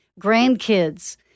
grandkids